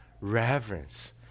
Reverence